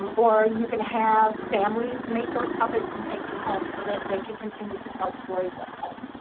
um or you can have families make those puppets, and take them home so that they can continue to tell stories at home.